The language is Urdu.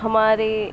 ہمارے